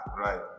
Right